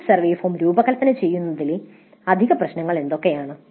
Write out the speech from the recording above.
exit survey form രൂപകൽപ്പന ചെയ്യുന്നതിലെ അധിക പ്രശ്നങ്ങൾ എന്തൊക്കെയാണ്